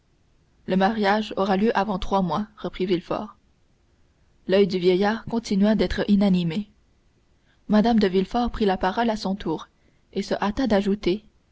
le mariage aura lieu avant trois mois reprit villefort l'oeil du vieillard continua d'être inanimé mme de villefort prit la parole à son tour et se hâta d'ajouter